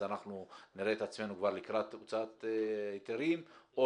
אנחנו נראה את עצמנו כבר לקראת הוצאת היתרים או